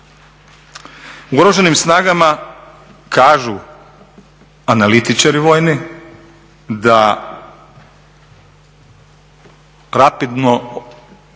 U Oružanim snagama kažu analitičari vojni da rapidno